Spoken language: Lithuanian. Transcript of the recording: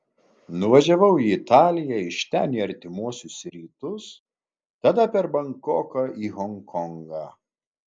nuvažiavau į italiją iš ten į artimuosius rytus tada per bankoką į honkongą